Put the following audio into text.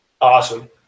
Awesome